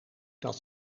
dat